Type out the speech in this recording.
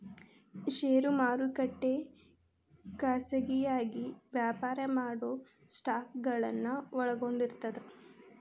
ಷೇರು ಮಾರುಕಟ್ಟೆ ಖಾಸಗಿಯಾಗಿ ವ್ಯಾಪಾರ ಮಾಡೊ ಸ್ಟಾಕ್ಗಳನ್ನ ಒಳಗೊಂಡಿರ್ತದ